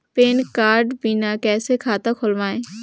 Pan card बिना कइसे खाता खोलव?